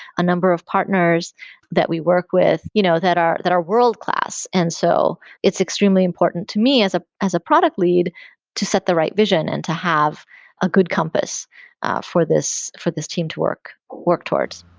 a number of partners that we work with you know that are that are world-class. and so it's extremely important to me as a as a product lead to set the right vision and to have a good compass for this for this team to work work towards.